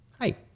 Hi